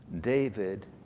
David